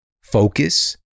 focus